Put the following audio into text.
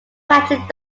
patrick